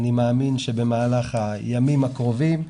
אני מאמין שבמהלך הימים הקרובים,